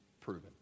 proven